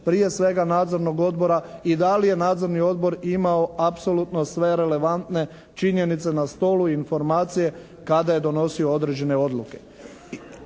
prije svega Nadzornog odbora i da li je Nadzorni odbor imao apsolutno sve relevantne činjenice na stolu i informacije kada je donosio određene odluke.